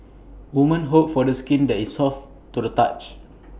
women hope for the skin that is soft to the touch